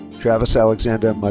travis alexander but